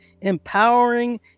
empowering